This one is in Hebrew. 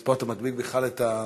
אז פה אתה מדביק בכלל את,